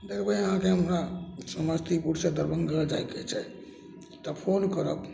देखबै अहाँके हमरा समस्तीपुरसे दरभङ्गा जाइके छै तऽ फोन करब